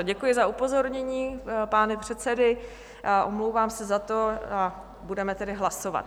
Děkuji za upozornění pány předsedy, omlouvám se za to, a budeme tedy hlasovat.